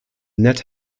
nett